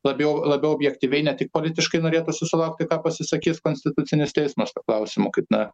labiau labiau objektyviai ne tik politiškai norėtųsi sulaukti ką pasisakys konstitucinis teismas tuo klausimu kaip na